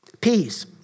Peace